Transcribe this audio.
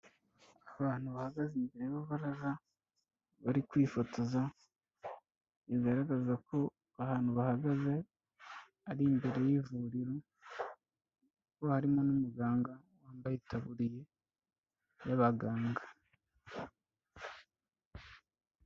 Abantu bahagaze imbere y'urubaraga bari kwifotoza, bigaragaza ko ahantu bahagaze ari imbere y'ivuriro kuko harimo n'umuganga wambaye itaburiye y'abaganga.